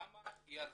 כמה ירדו.